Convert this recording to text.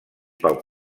pel